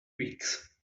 tweaks